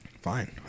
Fine